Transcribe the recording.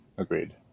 Agreed